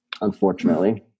Unfortunately